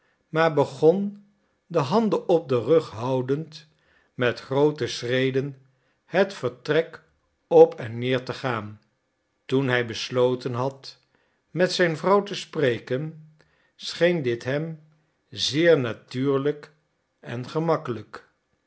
maar begon de handen op den rug houdend met groote schreden het vertrek op en neer te gaan toen hij besloten had met zijn vrouw te spreken scheen dit hem zeer natuurlijk en gemakkelijk